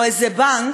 או בנק,